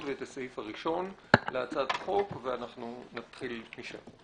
ואת הסעיף הראשון להצעת החוק ונתחיל משם.